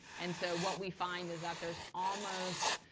and so what we find is that there's almost